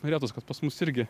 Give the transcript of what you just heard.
norėtųs kad pas mus irgi